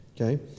Okay